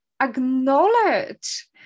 acknowledge